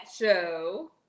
show